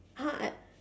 !huh! I